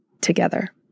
together